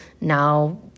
now